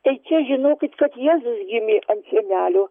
tai čia žinokit kad jezus gimė ant šienelio